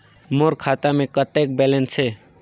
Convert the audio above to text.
मोर खाता मे कतेक बैलेंस हे?